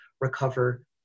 recover